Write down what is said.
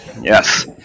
yes